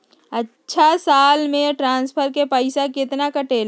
अछा साल मे ट्रांसफर के पैसा केतना कटेला?